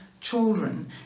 children